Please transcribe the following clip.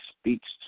speaks